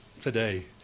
today